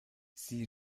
sie